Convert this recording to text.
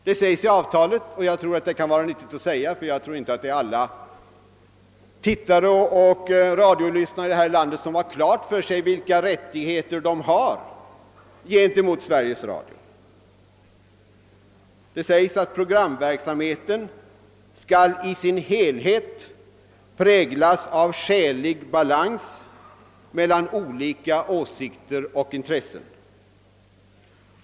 Jag tror inte att alla TV-tittare och radiolyssnare här i landet har klart för sig vilka rättigheter de har gentemot Sveriges Radio, och därför kan det vara nyttigt att nämna, att det i avtalet — enligt utskottets referat — sägs att programverksamheten skall ”i sin helhet präglas av skälig balans mellan olika åsikter och intressen.